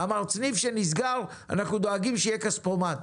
אמרת: סניף שנסגר אנחנו דואגים שיהיה כספומט.